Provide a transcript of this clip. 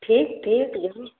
ठीक ठीक